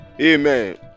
amen